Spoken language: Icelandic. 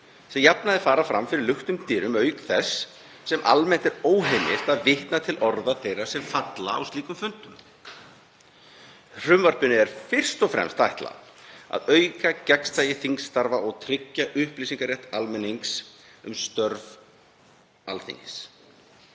sem jafnan fara fram fyrir luktum dyrum auk þess sem almennt er óheimilt að vitna til orða sem falla á slíkum fundum. Frumvarpinu er fyrst og fremst ætlað að auka gegnsæi þingstarfa og tryggja upplýsingarétt almennings um störf Alþingis.